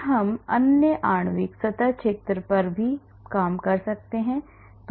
फिर हम अन्य आणविक सतह क्षेत्र कर सकते हैं